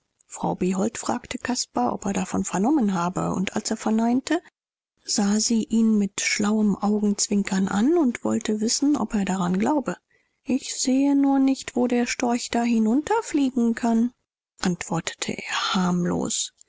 frau behold fragte caspar ob er davon vernommen habe und als er verneinte sah sie ihn mit schlauem augenzwinkern an und wollte wissen ob er daran glaube ich seh nur nicht wo der storch da hinunterfliegen kann antwortete er harmlos